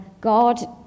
God